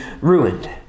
ruined